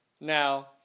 Now